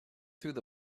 through